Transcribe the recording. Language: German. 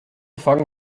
fangen